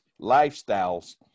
lifestyles